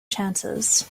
chances